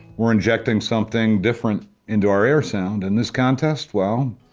we're injecting something different into our air sound, and this contest, well,